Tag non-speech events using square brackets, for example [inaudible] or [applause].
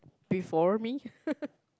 before me [laughs]